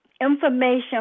Information